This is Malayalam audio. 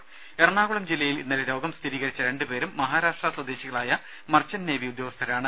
ദേദ എറണാകുളം ജില്ലയിൽ ഇന്നലെ രോഗം സ്ഥിരീകരിച്ച രണ്ടുപേരും മഹാരാഷ്ട്ര സ്വദേശികളായ മർച്ചന്റ് നേവി ഉദ്യോഗസ്ഥരാണ്